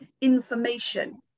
information